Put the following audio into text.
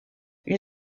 une